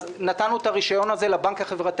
אז נתנו את הרישיון הזה לבנק החברתי